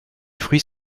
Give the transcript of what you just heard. fruits